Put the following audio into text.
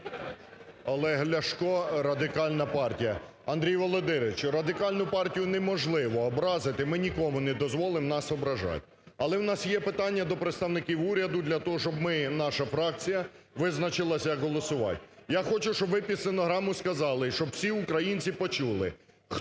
Олег Ляшко, Радикальна партія. Андрій Володимирович, Радикальну партію неможливо образити, ми нікому не дозволимо нас ображать. Але у нас є питання до представників уряду для того, щоб ми наша фракція визначилася як голосувати. Я хочу, щоб ви під стенограму сказали, щоб всі українці почули,